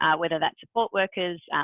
ah whether that's support workers,